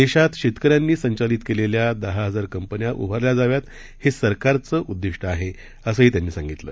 देशात शेतक यांनी संचालित केलेल्या दहा हजार कंपन्या उभारल्या जाव्यात हे सरकाराचं उद्दिष्ट आहे असंही त्यांनी सांगितलं